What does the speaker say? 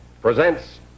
presents